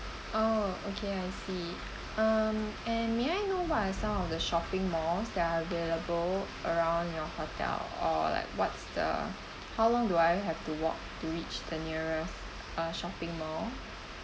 oh okay I see um and may I know what are some of the shopping malls that are available around your hotel or like what's the how long do I have to walk to each the nearest uh shopping mall